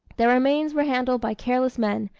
their remains were handled by careless men,